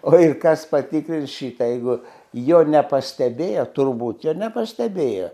o ir kas patikrins šitą jeigu jo nepastebėjo turbūt jo nepastebėjo